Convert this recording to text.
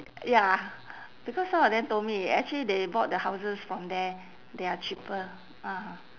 ya because some of them told me actually they bought the houses from there they are cheaper ah